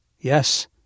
Yes